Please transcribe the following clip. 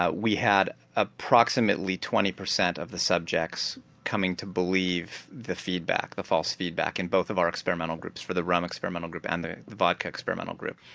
ah we had approximately twenty percent of the subjects coming to believe the feedback, the false feedback in both of our experimental groups for the rum experimental group and the vodka experimental group.